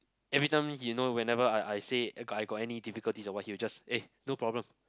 every time he know whenever I I say I got any difficulties or what he will just eh no problem